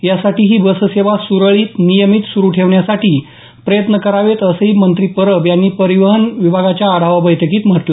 यासाठी ही बससेवा सुरळीत नियमित सुरु ठेवण्यासाठी प्रयत्न करावेत असंही मंत्री परब यांनी परिवहन विभागाच्या आढावा बैठकित म्हटलं